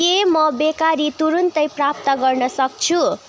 के म बेकरी तुरुन्तै प्राप्त गर्न सक्छु